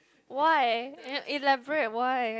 why elaborate why